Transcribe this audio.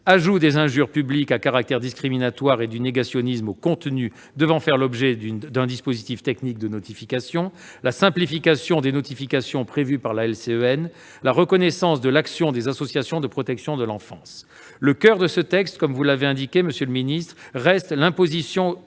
ajout des injures publiques à caractère discriminatoire et du négationnisme aux contenus devant faire l'objet d'un dispositif technique de notification ; simplification des notifications prévues ; reconnaissance de l'action des associations de protection de l'enfance. Le coeur de ce texte, comme vous l'avez indiqué, monsieur le secrétaire d'État, reste l'imposition